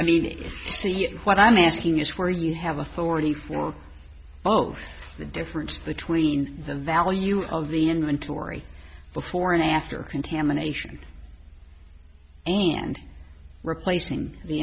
you see what i'm asking is where you have authority for both the difference between the value of the inventory before and after contamination and replacing the